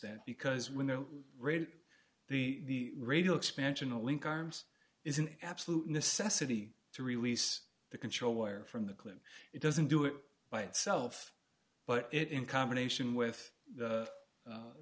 then because when the rate the radio expansion a link arms is an absolute necessity to release the control wire from the clip it doesn't do it by itself but it in combination with the